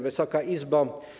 Wysoka Izbo!